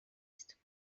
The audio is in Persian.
است